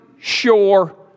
sure